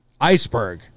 Iceberg